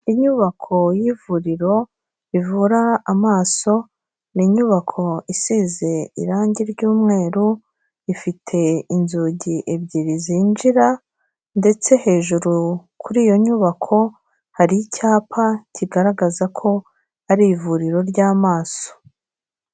Inyubako y'ivuriro ivura amaso ni inyubako isize irangi ry'umweru, rifite inzugi ebyiri zinjira ndetse hejuru kuri iyo nyubako hari icyapa kigaragaza ko ari ivuriro ry'amaso.